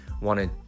wanted